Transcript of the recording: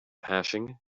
hashing